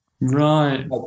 Right